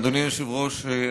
אדוני היושב-ראש,